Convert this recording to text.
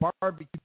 barbecue